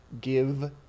give